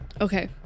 Okay